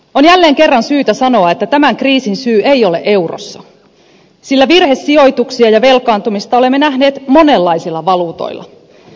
on jälleen kerran syytä sanoa että tämän kriisin syy ei ole eurossa sillä virhesijoituksia ja velkaantumista olemme nähneet monenlaisilla valuutoilla